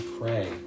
pray